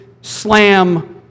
slam